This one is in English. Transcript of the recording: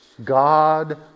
God